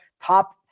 top